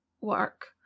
work